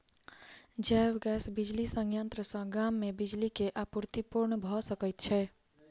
जैव गैस बिजली संयंत्र सॅ गाम मे बिजली के आपूर्ति पूर्ण भ सकैत छै